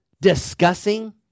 discussing